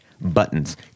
buttons